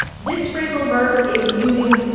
this phrasal verb is using